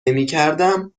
نمیکردم